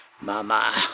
Mama